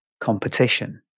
competition